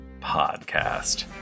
podcast